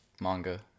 manga